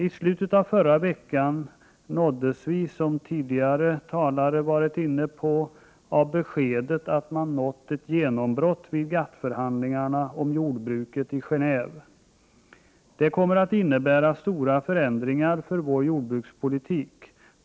I slutet av förra veckan nåddes vi, som tidigare talare här har varit inne på, av beskedet att man nått ett genombrott vid GATT-förhandlingarna i Genéve om jordbruket. Det kommer att innebära stora förändringar för vår jordbrukspolitik.